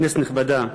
כנסת נכבדה,